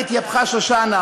כך התייפחה שושנה,